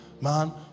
man